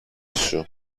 σου